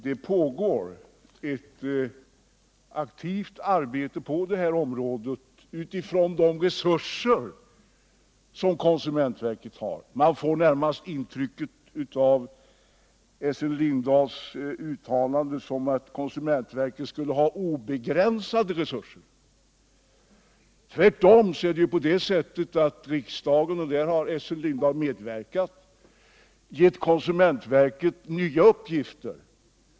Det pågår ett aktivt arbete på detta område med tanke på de resurser som konsumentverket har. Av Essen Lindahls uttalanden får man intrycket att konsumentverket har obegränsade resurser. Tvärtom har riksdagen givit konsumentverket nya uppgifter.